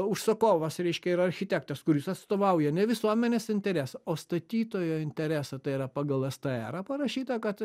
užsakovas reiškia yra architektas kuris atstovauja ne visuomenės interesą o statytojo interesą tai parašyta kad